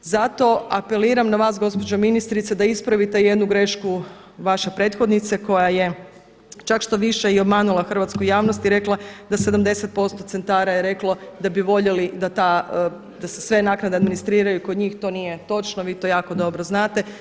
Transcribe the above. Zato apeliram na vas gospođo ministrice da ispravite jednu grešku vaše prethodnice koja je čak što više i obmanula hrvatsku javnost i rekla da 70% centara je reklo da bi voljeli da se sve naknade administriraju kod njih to nije točno, vi to jako dobro znate.